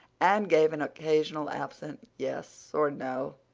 anne gave an occasional absent yes or no,